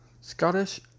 Scottish